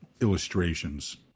illustrations